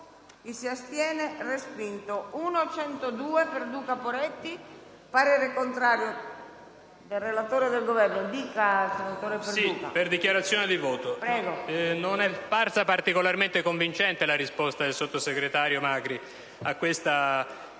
non è parsa particolarmente convincente la risposta del sottosegretario Magri ai rilievi